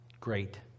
Great